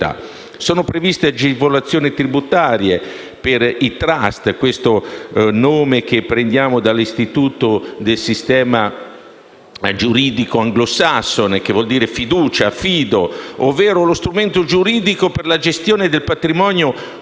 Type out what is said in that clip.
Sono previste agevolazioni tributarie per i *trust*, nome che prendiamo dall'istituto del sistema giuridico anglosassone, che vuol dire fiducia, fido, ovvero lo strumento giuridico per la gestione di patrimoni costituiti